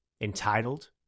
entitled